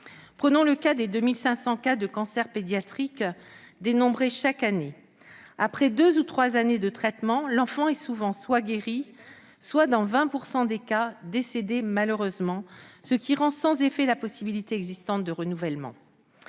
Prenons le cas des 2 500 cas de cancers pédiatriques dénombrés chaque année. Après deux ou trois années de traitement, l'enfant est souvent soit guéri, soit malheureusement décédé- cela représente 20 % des cas -, ce qui rend sans effet la possibilité existante de renouvellement.